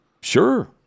Sure